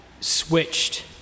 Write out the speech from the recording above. switched